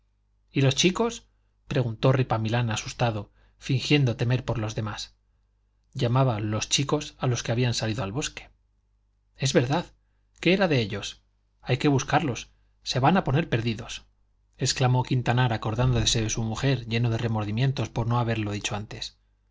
y los chicos preguntó ripamilán asustado fingiendo temer por los demás llamaba los chicos a los que habían salido al bosque es verdad qué era de ellos hay que buscarlos se van a poner perdidos exclamó quintanar acordándose de su mujer lleno de remordimientos por no haberlo dicho antes